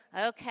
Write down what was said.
Okay